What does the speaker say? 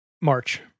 march